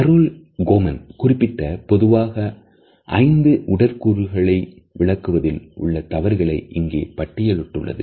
Carol Coman குறிப்பிட்ட பொதுவான 5 உடன் கூறுகளை விளக்குவதில் உள்ள தவறுகள் இங்கே பட்டியலிடப்பட்டுள்ளது